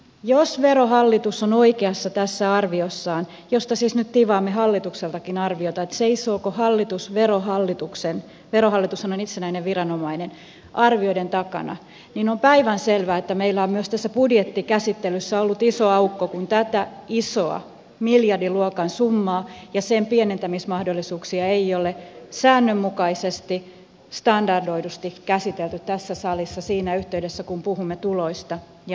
jos verohallitus on oikeassa tässä arviossaan josta siis nyt tivaamme hallitukseltakin arviota seisooko hallitus verohallituksen verohallitushan on itsenäinen viranomainen arvioiden takana niin on päivänselvää että meillä on myös tässä budjettikäsittelyssä ollut iso aukko kun tätä isoa miljardiluokan summaa ja sen pienentämismahdollisuuksia ei ole säännönmukaisesti standardoidusti käsitelty tässä salissa siinä yhteydessä kun puhumme tuloista ja menoista